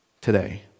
today